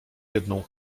jedną